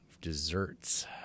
Desserts